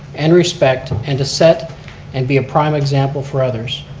and respect and to set and be a prime example for others.